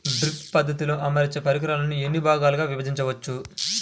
Drip పద్ధతిలో అమర్చే పరికరాలను ఎన్ని భాగాలుగా విభజించవచ్చు?